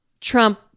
Trump